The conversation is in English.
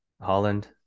Holland